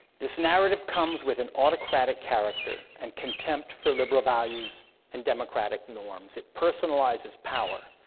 this narrative comes with an autocratic character, and contempt for liberal values and democratic norms it personalizes power,